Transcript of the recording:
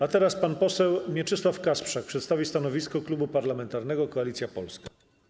A teraz pan poseł Mieczysław Kasprzak przedstawi stanowisko Klubu Parlamentarnego Koalicja Polska.